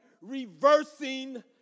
reversing